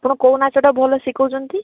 ଆପଣ କେଉଁ ନାଚଟା ଭଲ ଶିଖାଉଛନ୍ତି